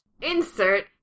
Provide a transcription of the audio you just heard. Insert